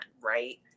right